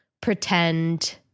pretend